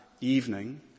evening